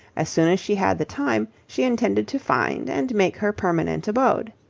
as soon as she had the time, she intended to find and make her permanent abode.